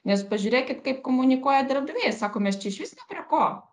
nes pažiūrėkit kaip komunikuoja darbdaviai sako mes čia išvis ne prie ko